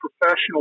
professional